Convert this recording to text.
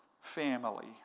family